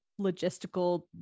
logistical